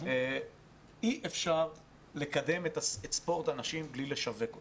אי אפשר לקדם את ספורט הנשים בלי לשווק אותו.